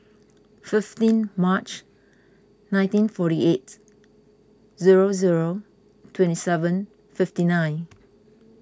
fifteen March nineteen forty eight zero zero twenty seven fifty nine